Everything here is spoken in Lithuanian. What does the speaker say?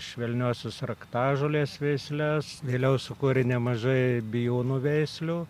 švelniosios raktažolės veisles vėliau sukūrė nemažai bijūnų veislių